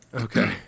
Okay